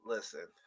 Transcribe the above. Listen